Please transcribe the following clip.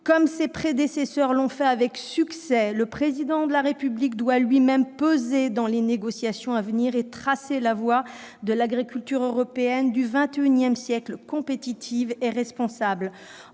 Comme ses prédécesseurs l'ont fait avec succès, le Président de la République doit lui-même peser dans les négociations à venir et tracer la voie de l'agriculture européenne du XXI siècle, compétitive et responsable.